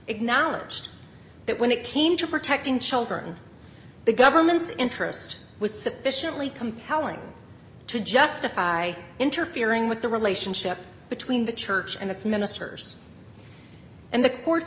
acknowledged that when it came to protecting children the government's interest was sufficiently compelling to justify interfering with the relationship between the church and its ministers and the cour